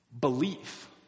Belief